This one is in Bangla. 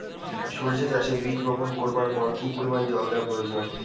সরিষা চাষে বীজ বপন করবার পর কি পরিমাণ জল দেওয়া প্রয়োজন?